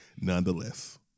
nonetheless